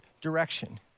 direction